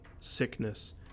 sickness